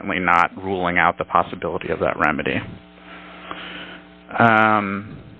certainly not ruling out the possibility of that remedy